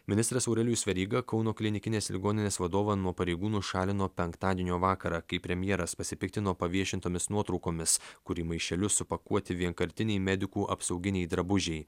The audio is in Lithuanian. ministras aurelijus veryga kauno klinikinės ligoninės vadovą nuo pareigų nušalino penktadienio vakarą kai premjeras pasipiktino paviešintomis nuotraukomis kur į maišelius supakuoti vienkartiniai medikų apsauginiai drabužiai